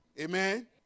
Amen